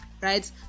Right